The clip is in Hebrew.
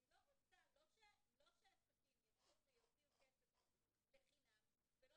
אני לא רוצה לא שעסקים יבואו ויוציאו כסף לחינם ולא